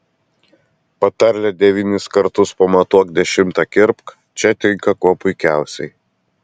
patarlė devynis kartus pamatuok dešimtą kirpk čia tinka kuo puikiausiai